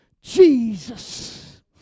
Jesus